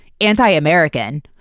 anti-American